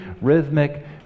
rhythmic